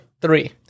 Three